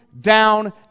down